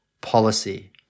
policy